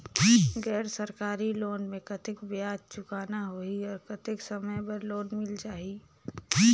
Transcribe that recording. गैर सरकारी लोन मे कतेक ब्याज चुकाना होही और कतेक समय बर लोन मिल जाहि?